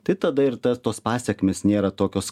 tai tada ir tas tos pasekmės nėra tokios